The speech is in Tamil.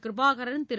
கிருபாகரன் திரு